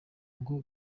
ngo